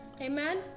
Amen